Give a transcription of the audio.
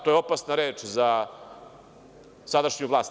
To je opasna reč za sadašnju vlast.